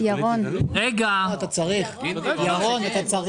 ירון, אתה צריך את המספר.